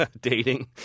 dating